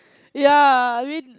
ya I mean